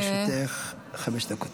בבקשה, לרשותך חמש דקות.